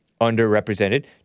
underrepresented